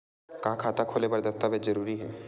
का खाता खोले बर दस्तावेज जरूरी हे?